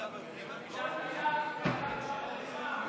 כפי שאמרתי, מי שיקרא בשמו